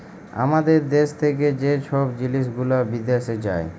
আমাদের দ্যাশ থ্যাকে যে ছব জিলিস গুলা বিদ্যাশে যায়